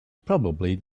probably